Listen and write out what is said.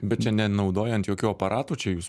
bet čia nenaudojant jokių aparatų čia jūs